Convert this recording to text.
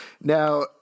Now